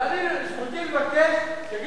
אבל זכותי לבקש.